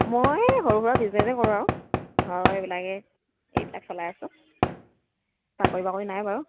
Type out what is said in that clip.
মই এই সৰু সুৰা বিজনেছেই কৰোঁ আৰু ঘৰৰ এইবিলাকে এইবিলাক চলাই আছো চাকৰি বাকৰি নাই বাৰু